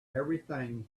everything